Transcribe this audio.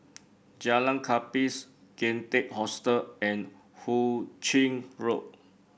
Jalan Gapis Kian Teck Hostel and Hu Ching Road